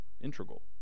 integral